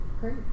great